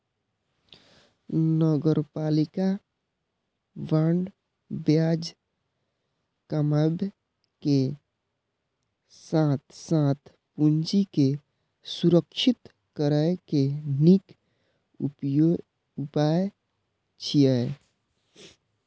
नगरपालिका बांड ब्याज कमाबै के साथ साथ पूंजी के संरक्षित करै के नीक उपाय छियै